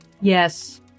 Yes